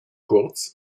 kurz